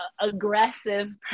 aggressive